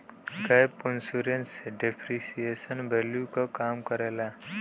gap insurance depreciation value क कम करला